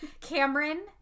Cameron